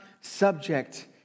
subject